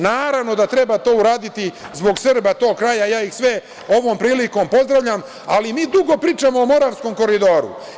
Naravno da treba to uraditi zbog Srba tog kraja i ja ih sve ovom prilikom pozdravljam, ali mi dugo pričamo o Moravskom koridoru.